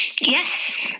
Yes